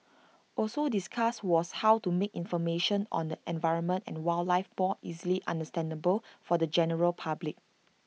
also discussed was how to make information on the environment and wildlife more easily understandable for the general public